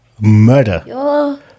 Murder